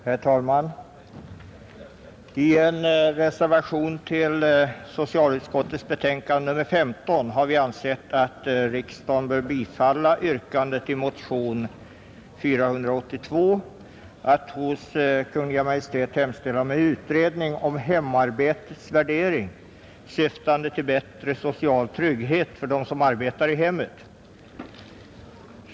Herr talman! I en reservation till socialutskottets betänkande nr 15 har vi reservanter begärt att riksdagen bifaller yrkandet i motionen 482 att hos Kungl. Maj:t hemställa om en utredning om hemarbetets värdering, syftande till bättre social trygghet för dem som arbetar i hemmet.